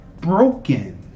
broken